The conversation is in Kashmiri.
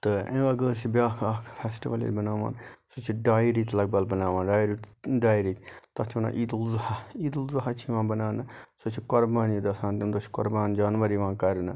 تہٕ امہِ بَغٲر چھِ بیٛاکھ اَکھ فیٚسٹِول ییٚتہِ بَناوان سُہ چھِ ڈایے ریٚتۍ لَگ بَگ بَناوان ڈایہِ ریٚت ڈایہِ ریٚتۍ تتھ چھِ وَنان عیٖدُلضُحا عیٖدُلضُحا چھِ یِوان بَناونہٕ سۄ چھِ قۅربان عیٖد آسان تمہِ دوہ چھ قۅربان جانوَر یِوان کرنہٕ